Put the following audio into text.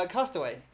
，Castaway (